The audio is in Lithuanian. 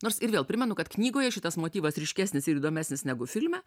nors ir vėl primenu kad knygoje šitas motyvas ryškesnis ir įdomesnis negu filme